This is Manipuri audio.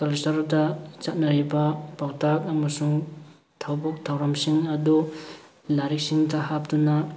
ꯀꯜꯆꯔꯗ ꯆꯠꯅꯔꯤꯕ ꯄꯥꯎꯇꯥꯛ ꯑꯃꯁꯨꯡ ꯊꯕꯛ ꯊꯧꯔꯝꯁꯤꯡ ꯑꯗꯨ ꯂꯥꯏꯔꯤꯛꯁꯤꯡꯗ ꯍꯥꯞꯇꯨꯅ